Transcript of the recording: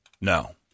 No